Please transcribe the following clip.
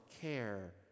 care